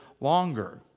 longer